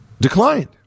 declined